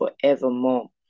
forevermore